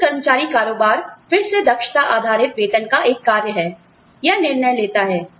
उच्च कर्मचारी कारोबार फिर से दक्षता आधारित वेतन का एक कार्य है या निर्णय लेता है